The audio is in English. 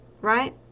right